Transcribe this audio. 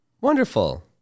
wonderful